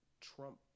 trump